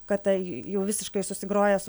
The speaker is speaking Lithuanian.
kad tai jau visiškai susigroja su